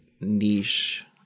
niche